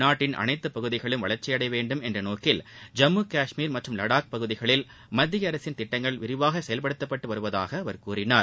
நாட்டின் அனைத்து பகுதிகளும் வளர்ச்சியடைய வேண்டும் என்ற நோக்கில் ஜம்மு கஷ்மீர் மற்றும் லடாக் பகுதிகளில் மத்திய அரசின் திட்டங்கள் விரிவாக செயல்படுத்தப்பட்டு வருவதாக அவர் கூறினார்